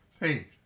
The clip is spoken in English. hey